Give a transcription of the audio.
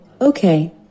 Okay